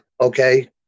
Okay